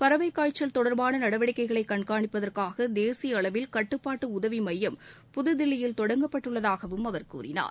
பறவைக் காய்ச்சல் தொடர்பான நடவடிக்கைகளை கண்காணிப்பதற்காக தேசிய அளவில் கட்டுப்பாட்டு உதவி மையம் புதுதில்லியில் தொடங்கப்பட்டுள்ளதாகவும் அவர் கூறினார்